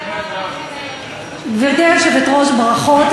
גברתי היושבת-ראש, ברכות.